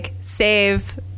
save